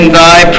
thy